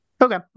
okay